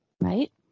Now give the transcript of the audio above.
right